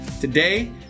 Today